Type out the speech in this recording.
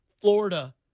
Florida